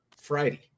Friday